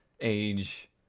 age